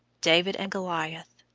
david and goliath.